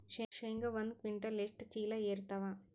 ಶೇಂಗಾ ಒಂದ ಕ್ವಿಂಟಾಲ್ ಎಷ್ಟ ಚೀಲ ಎರತ್ತಾವಾ?